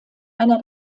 einer